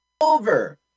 Over